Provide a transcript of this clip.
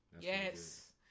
Yes